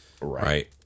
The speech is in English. Right